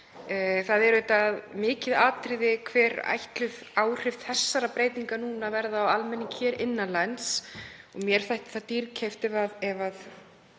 Það er auðvitað mikið atriði hver ætluð áhrif þessarar breytingar núna verða á almenning hér innan lands og mér þætti það dýrkeypt ef þau